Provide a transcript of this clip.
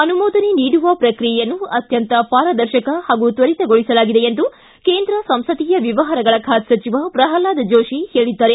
ಅನುಮೋದನೆ ನೀಡುವ ಶ್ವಕ್ರಿಯೆಯನ್ನು ಅತ್ಯಂತ ಪಾರದರ್ಶಕ ಹಾಗೂ ತ್ವರಿತಗೊಳಿಸಲಾಗಿದೆ ಎಂದು ಕೇಂದ್ರ ಸಂಸದೀಯ ವ್ಚವಹಾರಗಳ ಖಾತೆ ಸಚಿವ ಪ್ರಲ್ವಾದ್ ಜೋಶಿ ಹೇಳಿದ್ದಾರೆ